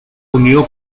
unió